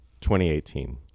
2018